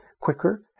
quicker